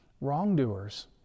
wrongdoers